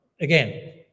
Again